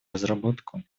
разработку